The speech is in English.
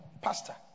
pastor